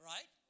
Right